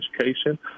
education